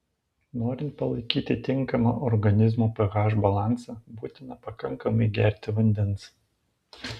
norint palaikyti tinkamą organizmo ph balansą būtina pakankamai gerti vandens